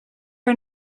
are